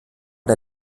der